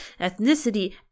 ethnicity